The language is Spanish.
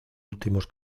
últimos